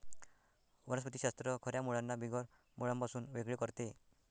वनस्पति शास्त्र खऱ्या मुळांना बिगर मुळांपासून वेगळे करते